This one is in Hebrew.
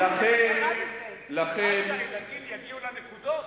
עד שהילדים יגיעו לנקודות,